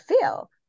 feel